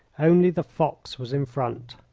only the fox was in front.